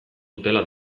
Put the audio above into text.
dutela